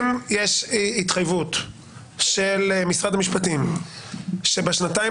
אם יש התחייבות של משרד המשפטים שבשנתיים